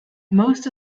most